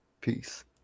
Peace